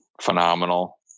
phenomenal